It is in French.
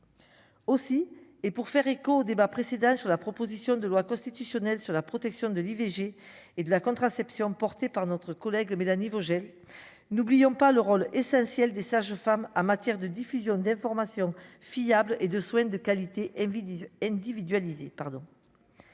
aussi et, pour faire écho au débat précédent sur la proposition de loi constitutionnelle sur la protection de l'IVG et de la contraception porté par notre collègue Mélanie Vogel n'oublions pas le rôle essentiel des sages-femmes a matière de diffusion d'informations fiables et de soins de qualité et disent